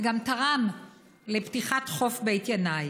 וגם תרם לפתיחת חוף בית ינאי.